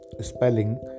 spelling